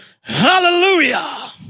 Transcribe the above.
Hallelujah